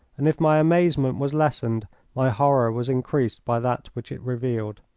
and if my amazement was lessened my horror was increased by that which it revealed.